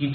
𝜃𝑣−𝜃𝑖0